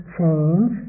change